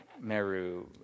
Meru